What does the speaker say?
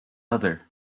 other